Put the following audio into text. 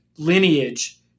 lineage